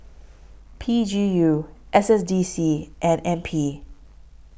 P G U S S D C and N P